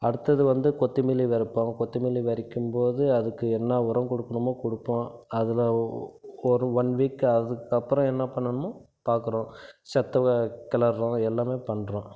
அடுத்தது வந்து கொத்திமல்லி விறைப்போம் கொத்திமல்லி விறைக்கும்போது அதுக்கு என்ன உரம் கொடுக்கணுமோ கொடுப்போம் அதில் ஓ ஒரு ஒன் வீக் அதுக்கப்புறம் என்ன பண்ணணுமோ பார்க்கறோம் செத்த வெ கிளறுர்றோம் எல்லாமே பண்ணுறோம்